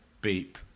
Beep